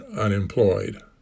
unemployed